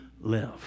live